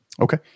Okay